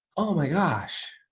oh my gosh,